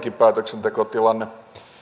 päätöksentekotilanne